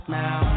now